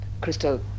crystal